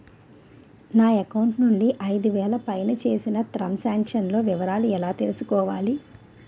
నా అకౌంట్ నుండి ఐదు వేలు పైన చేసిన త్రం సాంక్షన్ లో వివరాలు ఎలా తెలుసుకోవాలి?